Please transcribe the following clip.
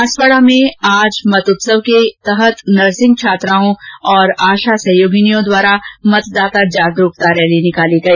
बांसवाड़ा में आज मत उत्सव के तहत नर्सिंग छात्राओं और आशा सहयोगिनियों द्वारा मतदाता जागरुकता रैली निकाली गई